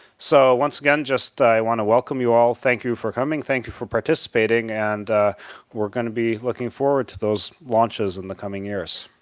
so once again, i want to welcome you all. thank you for coming, thank you for participating. and we're going to be looking forward to those launches in the coming years.